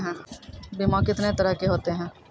बीमा कितने तरह के होते हैं?